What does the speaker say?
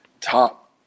top